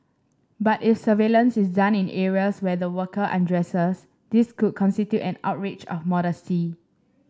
but if surveillance is done in areas where the worker undresses this could constitute an outrage of modesty